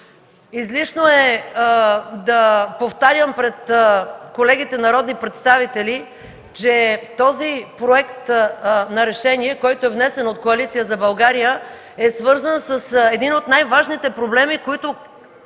Излишно е да повтарям пред колегите народни представители, че този проект за решение, внесен от Коалиция за България, е свързан с един от най-важните проблеми, които